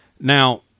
Now